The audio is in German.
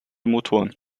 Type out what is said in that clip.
motoren